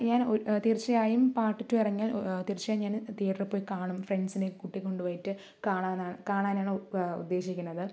ഞാൻ ഒരു തീർച്ചയായും പാർട്ട് ടു ഇറങ്ങിയാൽ തീർച്ചയായും ഞാൻ തിയേറ്ററിൽ പോയി കാണും ഫ്രണ്ട്സിനെയും കൂട്ടിക്കൊണ്ട് പോയിട്ട് കാണാനാ കാണാനാണ് ഉദ്ദേശിക്കണത്